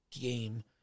game